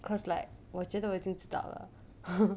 cause like 我觉得我已经知道了